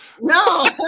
No